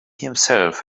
himself